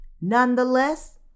Nonetheless